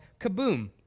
Kaboom